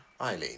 Eileen